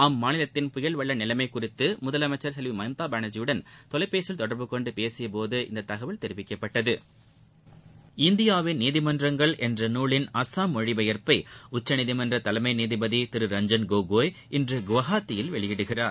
அம்மாநிலத்தின் புயல் வெள்ள நிலைமை குறித்து முதலமைச்சர் செல்வி மம்தா பானர்ஜியுடன் தொலைபேசியில் தொடர்பு கொண்டு பேசியபோது இந்த தகவல் தெரிவிக்கப்பட்டது இந்தியாவின் நீதிமன்றங்கள் என்ற நூலின் அசாம் மொழி பெயர்ப்பை உச்சநீதிமன்றத தலைமை நீதிபதி திரு ரஞ்சன் கோகோய் இன்று கவுஹாத்தியில் வெளியிடுகிறார்